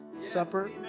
Supper